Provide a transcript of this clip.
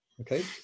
Okay